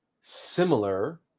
similar